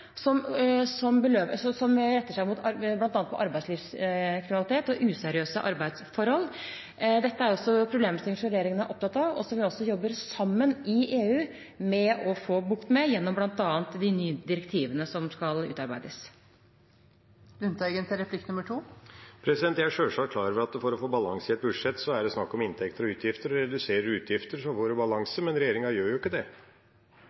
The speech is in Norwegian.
også problemstillinger som regjeringen er opptatt av, og som vi også jobber sammen i EU med å få bukt med gjennom bl.a. de direktivene som skal utarbeides. Jeg er sjølsagt klar over at for å få balanse i et budsjett er det snakk om inntekter og utgifter, og reduserer en utgifter, får en balanse. Men regjeringa gjør jo ikke det.